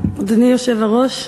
אדוני היושב-ראש,